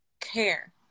care